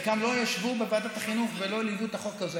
חלקם לא ישבו בוועדת החינוך ולא ליוו את החוק הזה.